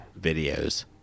videos